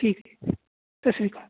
ਠੀਕ ਸਤਿ ਸ਼੍ਰੀ ਅਕਾਲ